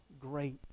great